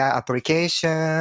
application